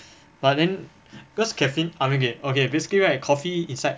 but then because caffeine okay okay basically right coffee inside